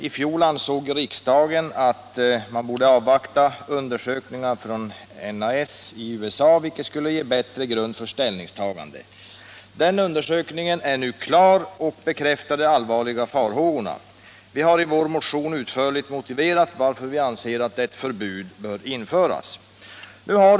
I fjol ansåg riksdagen att man borde avvakta en undersökning från NAS i USA, vilken skulle ge bättre grund för ställningstagande. Den undersökningen är nu klar och bekräftar de allvarliga farhågorna. Vi har i vår motion utförligt motiverat varför vi anser att ett förbud bör införas.